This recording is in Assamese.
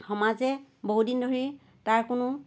সমাজে বহুত দিন ধৰি তাৰ কোনো